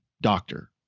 doctor